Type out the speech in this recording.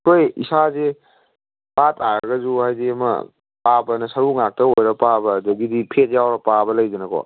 ꯑꯩꯈꯣꯏ ꯏꯁꯥꯁꯦ ꯄꯥꯇꯥꯔꯒꯁꯨ ꯍꯥꯏꯗꯤ ꯑꯃ ꯄꯥꯕꯑꯅ ꯁꯔꯨ ꯉꯥꯛꯇ ꯎꯔ ꯄꯥꯕ ꯑꯗꯒꯤꯗꯤ ꯐꯦꯠ ꯌꯥꯎꯔ ꯄꯥꯕ ꯂꯩꯗꯅꯀꯣ